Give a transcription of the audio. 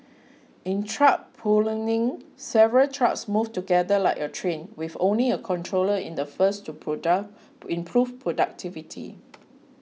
in truck platooning several trucks move together like a train with only a controller in the first to product to improve productivity